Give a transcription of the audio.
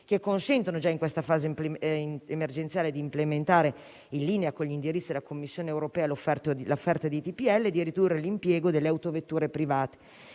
che consentono già in questa fase emergenziale di implementare, in linea con gli indirizzi della Commissione europea, le offerte di TPL e di ridurre l'impiego delle autovetture private.